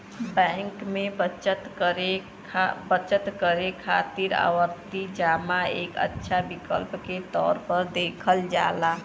bank में पैसा बचत करे खातिर आवर्ती जमा एक अच्छा विकल्प के तौर पर देखल जाला